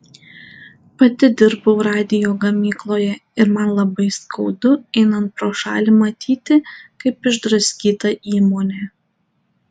pati dirbau radijo gamykloje ir man labai skaudu einant pro šalį matyti kaip išdraskyta įmonė